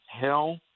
hell